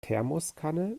thermoskanne